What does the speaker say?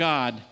God